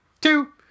Two